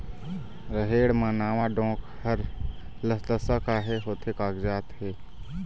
रहेड़ म नावा डोंक हर लसलसा काहे होथे कागजात हे?